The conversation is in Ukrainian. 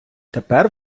тепер